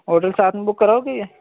hotel ساتھ میں book کراؤ گے یا